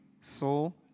soul